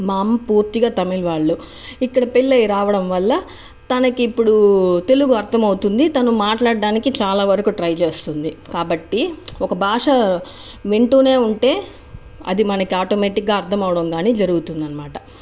మా అమ్మ పూర్తిగా తమిళ్ వాళ్ళు ఇక్కడ పెళ్ళై రావడం వల్ల తనకి ఇప్పుడు తెలుగు అర్థం అవుతుంది తను మాట్లాడడానికి చాలా వరకు ట్రై చేస్తుంది కాబట్టీ ప్చ్ ఒక భాష వింటూనే ఉంటే అది మనకి ఆటోమేటిక్గా అర్థం అవ్వడం కానీ జరుగుతుంది అనమాట